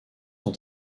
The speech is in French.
son